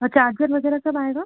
और चार्जर वगैरह सब आएगा